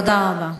תודה רבה.